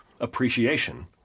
appreciation